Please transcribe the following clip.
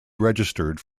registered